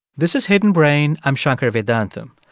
this is hidden brain. i'm shankar vedantam.